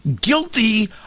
guilty